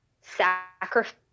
sacrifice